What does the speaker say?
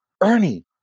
Ernie